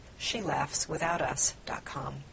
shelaughswithoutus.com